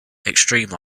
extreme